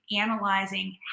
analyzing